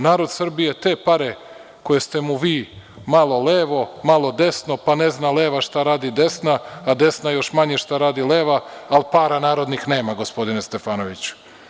Narod Srbije te pare koje ste mu vi malo levo, malo desno, pa ne zna leva šta radi desna, a desna još manje šta radi leva, ali para narodnih nema gospodine Stefanoviću.